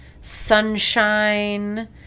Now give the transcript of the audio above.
sunshine